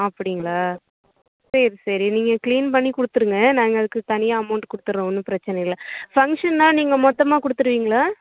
அப்படிங்ளா சரி சரி நீங்கள் க்ளீன் பண்ணி கொடுத்துருங்க நாங்கள் அதுக்கு தனியாக அமௌண்ட் கொடுத்துட்றோம் ஒன்றும் பிரச்சனை இல்லை ஃபங்க்ஷன்னா நீங்கள் மொத்தமாக கொடுத்துருவீங்ளா